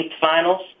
Finals